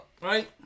Right